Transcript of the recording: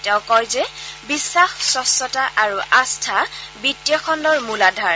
তেওঁ কয় যে বিখাস স্কচ্ছতা আৰু আস্থা বিজীয় খণ্ডৰ মূল আধাৰ